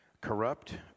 corrupt